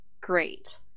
great